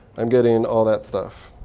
i'm getting all that stuff.